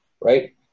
right